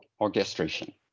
orchestration